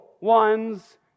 ones